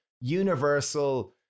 universal